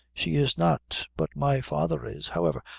she is not, but my father is however,